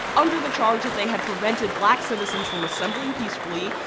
under the charge that they had prevented black citizens from assembling peacefully,